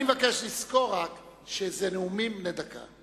אני מבקש רק לזכור שאלה נאומים בני דקה.